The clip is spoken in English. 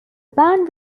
band